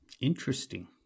Interesting